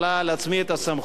על עצמי את הסמכויות.